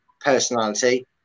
personality